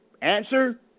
Answer